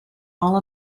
all